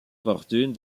fortune